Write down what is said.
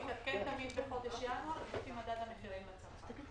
זה תמיד יתעדכן בחודש ינואר לפי מדד המחירים לצרכן.